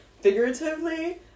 figuratively